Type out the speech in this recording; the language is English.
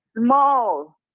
small